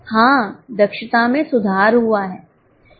हाँ दक्षता में सुधार हुआ हैं